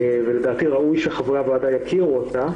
ולדעתי, ראוי שחברי הוועדה יכירו אותה.